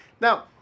Now